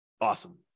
Awesome